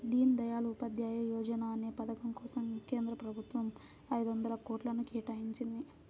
దీన్ దయాళ్ ఉపాధ్యాయ యోజనా అనే పథకం కోసం కేంద్ర ప్రభుత్వం ఐదొందల కోట్లను కేటాయించింది